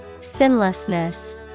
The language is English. Sinlessness